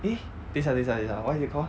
eh 等一下等一下等一下 what is it called